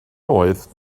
oedd